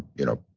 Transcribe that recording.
you know,